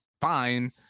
fine